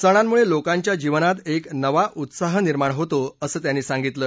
सणांमुळे लोकांच्या जीवनात एक नवा उत्साह निर्माण होतो असं त्यांनी सांगितलं